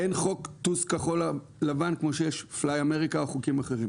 אין חוק "טוס כחול לבן" כמו שיש “Fly America” או חוקים אחרים.